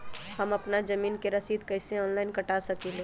हम अपना जमीन के रसीद कईसे ऑनलाइन कटा सकिले?